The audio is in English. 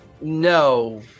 No